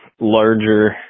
larger